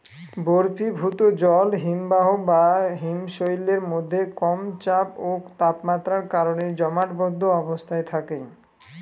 বরফীভূত জল হিমবাহ বা হিমশৈলের মধ্যে কম চাপ ও তাপমাত্রার কারণে জমাটবদ্ধ অবস্থায় থাকে